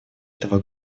этого